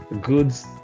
goods